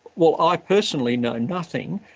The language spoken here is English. well, i personally know nothing,